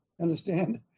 Understand